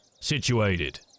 situated